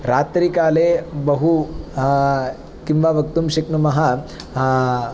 रात्रिकाले बहु किं वा वक्तुं शक्नुमः